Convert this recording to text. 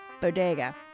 Bodega